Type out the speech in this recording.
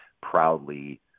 proudly